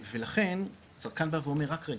ולכן צרכן בא ואומר רק רגע,